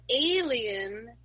alien